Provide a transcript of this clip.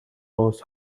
قرص